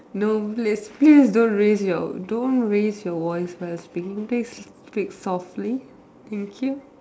no please please don't raise don't your voice first can you please speak softly thank you